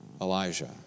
Elijah